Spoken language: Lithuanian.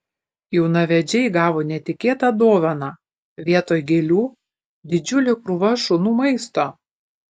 jaunavedžiai gavo netikėtą dovaną vietoj gėlių didžiulė krūva šunų maisto